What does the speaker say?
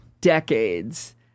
decades